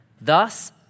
thus